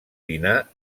dinar